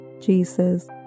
Jesus